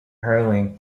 hurling